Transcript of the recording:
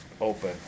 open